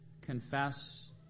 confess